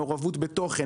מעורבות בתוכן,